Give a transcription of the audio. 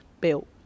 built